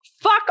Fuck